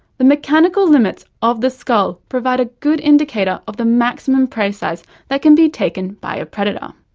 the mechanical limits of the skull provide a good indicator of the maximum prey size that can be taken by a predator.